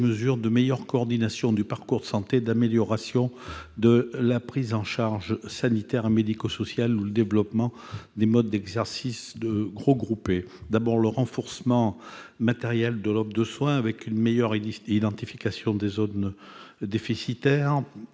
de meilleure coordination du parcours de santé, d'amélioration de la prise en charge sanitaire et médico-sociale ou de développement des modes d'exercice regroupé. Je pense d'abord au renforcement matériel de l'offre de soins, avec une meilleure identification des zones déficitaires,